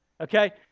Okay